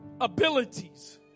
abilities